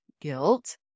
guilt